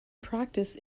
practice